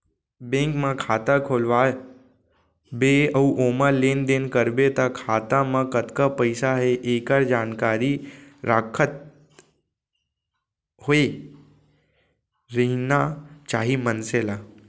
bank म खाता खोलवा बे अउ ओमा लेन देन करबे त खाता म कतका पइसा हे एकर जानकारी राखत होय रहिना चाही मनसे ल